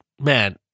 Man